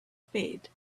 spade